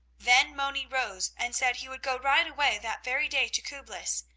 then moni rose and said he would go right away that very day to kublis,